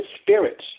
spirits